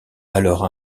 alors